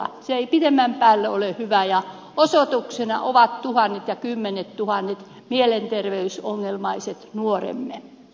se ei pidemmän päälle ole hyvä ja osoituksena ovat tuhannet ja kymmenettuhannet mielenterveysongelmaiset nuoremme